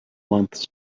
months